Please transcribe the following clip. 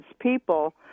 people